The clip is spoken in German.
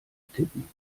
tippen